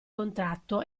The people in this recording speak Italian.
contratto